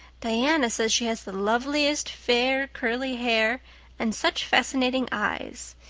diana says she has the loveliest fair curly hair and such fascinating eyes.